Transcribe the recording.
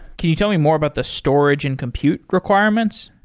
can you tell me more about the storage and compute requirements?